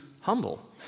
humble